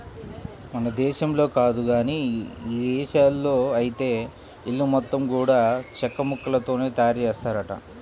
మన దేశంలో కాదు గానీ ఇదేశాల్లో ఐతే ఇల్లు మొత్తం గూడా చెక్కముక్కలతోనే తయారుజేత్తారంట